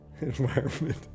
environment